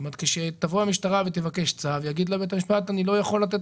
כאשר תבוא המשטרה ותבקש צו יגיד לה בית המשפט: אני לא יכול לתת